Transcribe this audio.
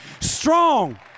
strong